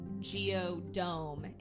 geodome